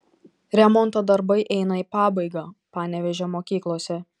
remonto darbai eina į pabaigą panevėžio mokyklose